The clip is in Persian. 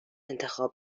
انتخاب